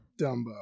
Dumbo